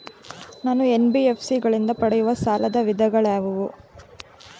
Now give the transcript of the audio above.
ನಾನು ಎನ್.ಬಿ.ಎಫ್.ಸಿ ಗಳಿಂದ ಪಡೆಯುವ ಸಾಲದ ವಿಧಗಳಾವುವು?